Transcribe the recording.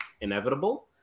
inevitable